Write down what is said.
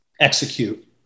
execute